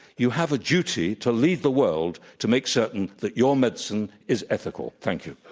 you have a duty to lead the world to make certain that your medicine is ethical. thank you.